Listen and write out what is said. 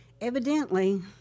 Evidently